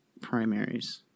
primaries